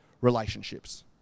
relationships